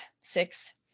six